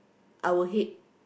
I will hate